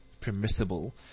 permissible